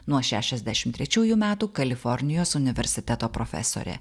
nuo šešiasdešim trečiųjų metų kalifornijos universiteto profesorė